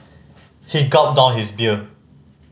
he gulped down his beer